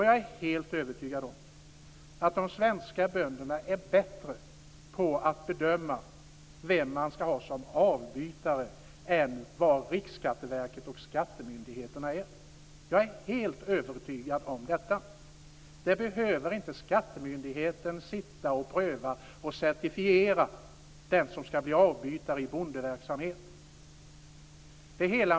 Jag är helt övertygad om att de svenska bönderna är bättre på att bedöma vem man skall ha som avbytare än vad Riksskatteverket och skattemyndigheterna är. Jag är helt övertygad om detta. Skattemyndigheten behöver inte pröva och certifiera den som skall bli avbytare i bondeverksamhet.